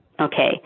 okay